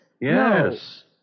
Yes